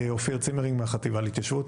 אופיר צימרינג מהחטיבה להתיישבות,